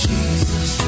Jesus